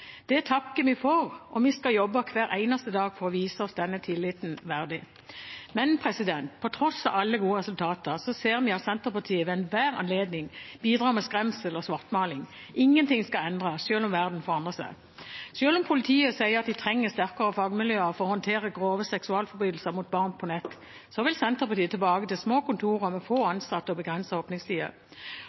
Det takker vi for, og vi skal jobbe hver eneste dag for å vise oss denne tilliten verdig. På tross av alle gode resultater ser vi at Senterpartiet ved enhver anledning bidrar med skremsel og svartmaling. Ingenting skal endres, selv om verden forandrer seg. Selv om politiet sier at de trenger sterkere fagmiljøer for å håndtere grove seksualforbrytelser mot barn på nett, vil Senterpartiet tilbake til små kontorer med få ansatte og begrensede åpningstider.